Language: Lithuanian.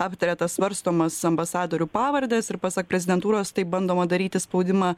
aptaria tas svarstomas ambasadorių pavardes ir pasak prezidentūros taip bandoma daryti spaudimą